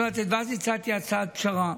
אז הצעתי הצעת פשרה.